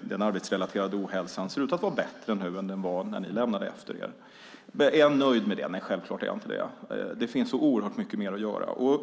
den arbetsrelaterade ohälsan ser ut att vara bättre nu än de siffror ni lämnade efter er. Är jag nöjd med det? Självklart är jag inte det. Det finns så oerhört mycket mer att göra.